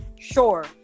sure